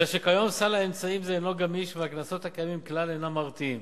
אלא שכיום סל אמצעים זה אינו גמיש והקנסות הקיימים כלל אינם מרתיעים.